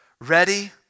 ready